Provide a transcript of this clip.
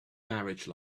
marriage